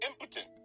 impotent